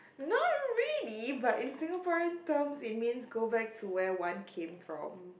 not really but in Singapore terms it means go back to where one came from